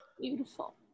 beautiful